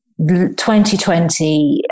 2020